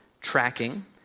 tracking